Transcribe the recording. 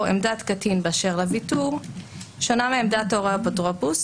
עמדת קטין באשר לוויתור שונה מעמדת הורה או אפוטרופוס.